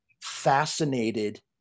fascinated